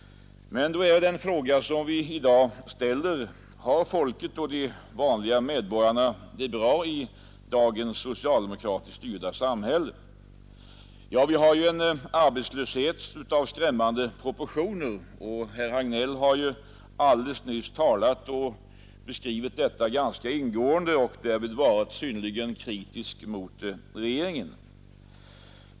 Då är det en fråga som vi i dag ställer: Har folket och de vanliga medborgarna det bra i dagens socialdemokratiskt styrda samhälle? Vi har en arbetslöshet av skrämmande proportioner. Herr Hagnell har alldeles nyss beskrivit detta ganska ingående och därvid varit synnerligen kritisk mot regeringen.